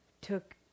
took